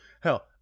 hell